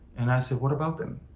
and i said, what about them?